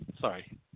Sorry